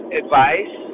advice